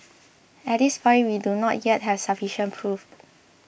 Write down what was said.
at this point we do not yet have sufficient proof